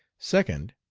second.